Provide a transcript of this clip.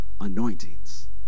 anointings